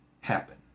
happen